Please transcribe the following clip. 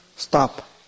stop